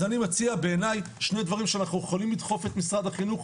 אז אני מציע בעיני שני דברים שאנחנו יכולים לדחוף את משרד החינוך,